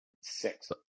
six